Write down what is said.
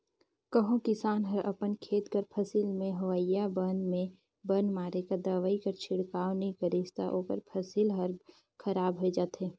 कहों किसान हर अपन खेत कर फसिल में होवइया बन में बन मारे कर दवई कर छिड़काव नी करिस ता ओकर फसिल हर खराब होए जाथे